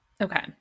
Okay